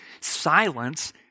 silence